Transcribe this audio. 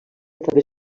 través